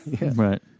Right